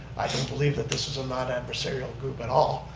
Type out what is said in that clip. i can believe that this is non-adversarial group at all,